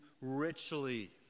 richly